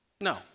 No